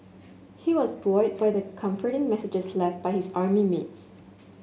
he was buoyed by the comforting messages left by his army mates